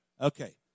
Okay